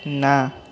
ନା